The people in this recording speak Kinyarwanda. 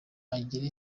agire